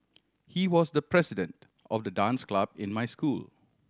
he was the president of the dance club in my school